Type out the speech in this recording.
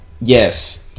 Yes